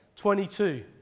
22